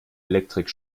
elektrik